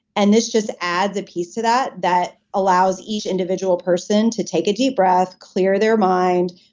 and this just adds a piece to that that allows each individual person to take a deep breath, clear their mind,